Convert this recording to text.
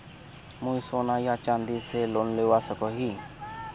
मुई सोना या चाँदी से लोन लुबा सकोहो ही?